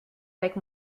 avec